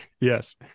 Yes